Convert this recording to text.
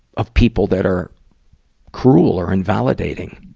of people that are cruel or invalidating.